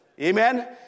Amen